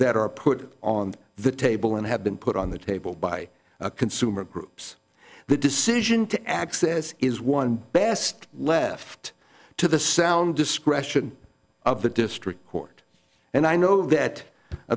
that are put on the table and have been put on the table by a consumer groups the decision to access is one best left to the sound discretion of the district court and i know that